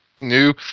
new